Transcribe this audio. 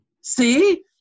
See